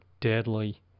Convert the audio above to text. deadly